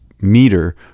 meter